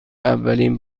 اولین